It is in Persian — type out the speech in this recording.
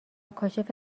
کاشف